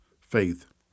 faith